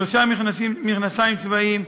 שלושה זוגות מכנסיים צבאיים,